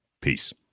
Peace